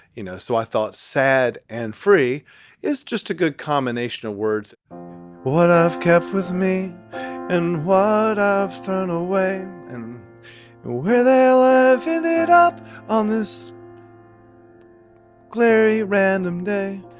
you know? so i thought sad and free is just a good combination of words what i've kept with me and what ah i've thrown away and where they live ended up on this cleary random day.